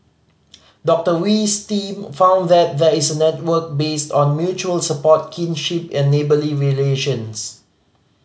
Doctor Wee's team found that there is a network based on mutual support kinship and neighbourly relations